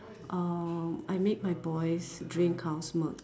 uh I make my boys drink cow's milk